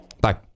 Bye